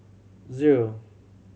zero